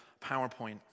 PowerPoint